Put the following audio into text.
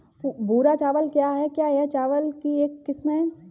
भूरा चावल क्या है? क्या यह चावल की एक किस्म है?